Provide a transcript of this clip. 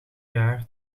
jaar